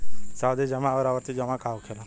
सावधि जमा आउर आवर्ती जमा का होखेला?